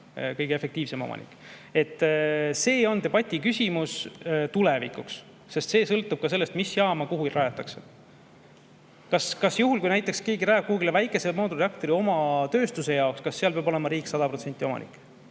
kõige efektiivsem omanik. See on debati küsimus tulevikuks, sest see sõltub ka sellest, mis jaama kuhu rajatakse. Kui näiteks keegi rajab kuhugi väikese moodulreaktori oma tööstuse jaoks, kas seal peab olema riik 100% omanik?